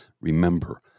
remember